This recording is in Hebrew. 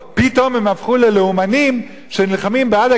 פתאום הם הפכו ללאומנים שנלחמים בעד הגיוס